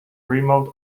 remove